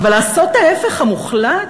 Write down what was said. אבל לעשות ההפך המוחלט?